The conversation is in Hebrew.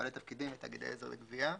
בעלי תפקידים ותאגידי עזר לגבייה.